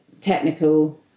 technical